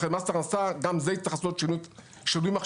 לכן גם בזה מס הכנסה יצטרך לעשות שינוי מחשבתי,